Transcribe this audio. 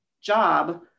job